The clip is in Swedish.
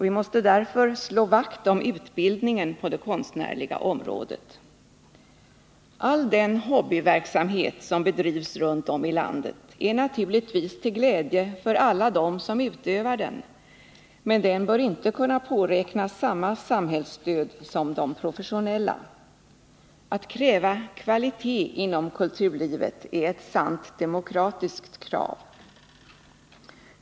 Vi måste därför slå vakt om utbildningen på det konstnärliga området. All den hobbyverksamhet som bedrivs runt om i landet är naturligtvis till glädje för alla dem som utövar den, men den bör inte kunna påräkna samma samhällsstöd som de professionella. Att kräva kvalitet inom kulturlivet är ett sant demokratiskt krav.